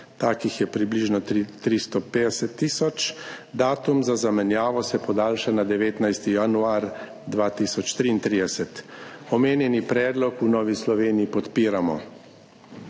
takih je približno 350 tisoč, datum za zamenjavo se podaljša na 19. januar 2033. Omenjeni predlog v Novi Sloveniji podpiramo.